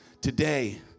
today